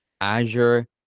azure